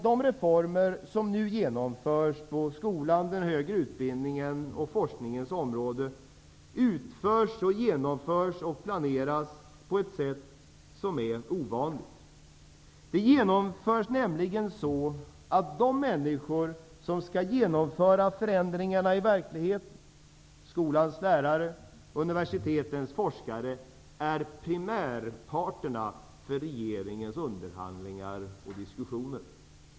De reformer som nu genomförs på skolans, den högre utbildningens och forskningens områden utförs, genomförs och planeras på ett sätt som är ovanligt. De genomförs nämligen så att de människor som skall genomföra förändringarna i verkligheten, dvs. skolans lärare och universitetens forskare, är primärparterna i regeringens underhandlingar och diskussioner.